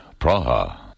Praha